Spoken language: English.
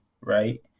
right